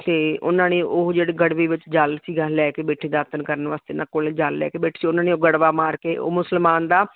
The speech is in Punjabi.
ਅਤੇ ਉਹਨਾਂ ਨੇ ਉਹ ਜਿਹੜੇ ਗੜਵੀ ਵਿੱਚ ਜਲ ਸੀਗਾ ਲੈ ਕੇ ਬੈਠੇ ਦਾਤਣ ਕਰਨ ਵਾਸਤੇ ਇਹਨਾਂ ਕੋਲ ਜਲ ਲੈ ਕੇ ਬੈਠੇ ਸੀ ਉਹਨਾਂ ਨੇ ਗੜਵਾ ਮਾਰ ਕੇ ਉਹ ਮੁਸਲਮਾਨ ਦਾ